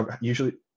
usually